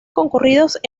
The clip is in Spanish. concurridas